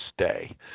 stay